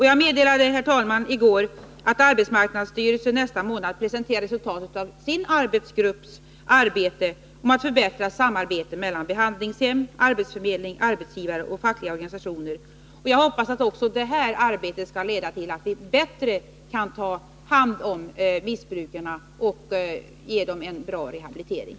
Jag meddelade i går, herr talman, att arbetsmarknadsstyrelsen nästa månad presenterar resultatet från den arbetsgrupp som sysslat med frågan om förbättrat samarbete mellan behandlingshem, arbetsförmedling, arbetsgivare och fackliga organisationer. Jag hoppas att också det arbetet skall leda till att vi bättre kan ta hand om missbrukarna och ge dem en bra rehabilitering.